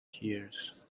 tears